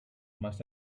must